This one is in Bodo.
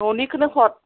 न'निखौनो हर